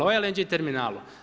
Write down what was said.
O LNG terminalu.